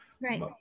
Right